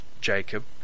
Jacob